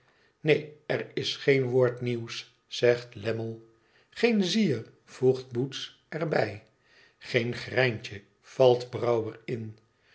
er is geen woord nieuws zegt lammie geen zier voegt boots er bij geen greintje valt brouwer in